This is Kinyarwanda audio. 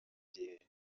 gihe